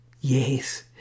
Yes